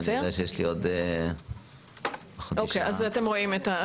אני יודע שיש לי עוד פחות משעה לסיים.